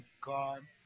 God